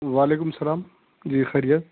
وعلیکم السّلام جی خیریت